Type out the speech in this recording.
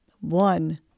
one